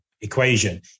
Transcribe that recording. equation